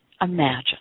imagine